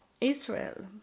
Israel